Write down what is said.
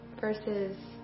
versus